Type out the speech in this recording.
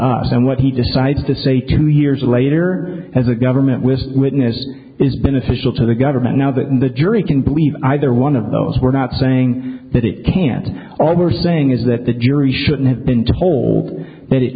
us and what he decides to say two years later as a government with a witness is beneficial to the government now that the jury can believe either one of those we're not saying that it can't all we're saying is that the jury shouldn't have been told that it